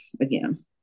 again